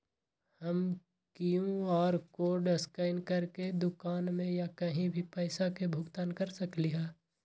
हम QR code scan करके दुकान में या कहीं भी पैसा के भुगतान कर सकली ह?